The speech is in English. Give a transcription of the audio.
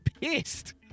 pissed